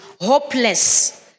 Hopeless